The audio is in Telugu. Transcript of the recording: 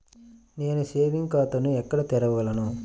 నేను సేవింగ్స్ ఖాతాను ఎక్కడ తెరవగలను?